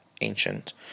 ancient